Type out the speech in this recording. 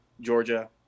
Georgia